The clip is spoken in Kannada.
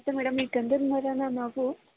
ಮತ್ತು ಮೇಡಮ್ ಈ ಗಂಧದ ಮರಾನ ನಾವು